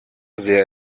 sehr